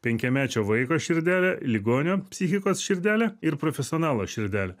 penkiamečio vaiko širdelę ligonio psichikos širdelę ir profesionalo širdelę